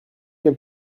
quel